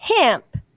hemp